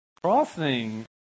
crossing